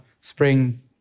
spring